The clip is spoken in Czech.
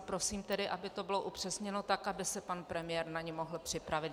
Prosím tedy, aby to bylo upřesněno tak, aby se pan premiér na ni mohl připravit.